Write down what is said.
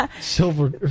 silver